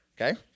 Okay